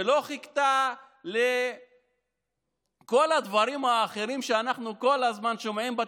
ולא חיכתה לכל הדברים האחרים שאנחנו כל הזמן שומעים בתקשורת,